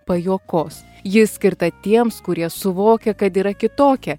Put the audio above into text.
pajuokos ji skirta tiems kurie suvokia kad yra kitokia